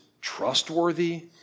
trustworthy